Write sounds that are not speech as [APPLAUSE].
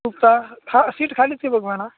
[UNINTELLIGIBLE] seat ଖାଲି ଥିବା କି ଭାଇନା